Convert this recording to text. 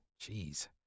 jeez